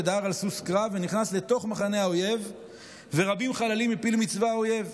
דהר על סוס קרב ונכנס לתוך מחנה האויב והפיל חללים רבים מצבא האויב,